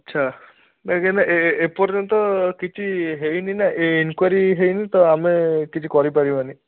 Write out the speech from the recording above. ଆଚ୍ଛା ଏ ପର୍ଯ୍ୟନ୍ତ କିଛି ହେଇନି ନା ଏ ଇନକ୍ଵାରୀ ହେଇନି ତ ଆମେ କିଛି କରି ପାରିବାନି